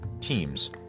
teams